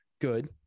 good